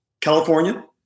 california